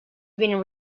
been